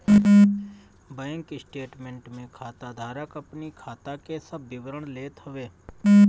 bank statement में खाता धारक अपनी खाता के सब विवरण लेत हवे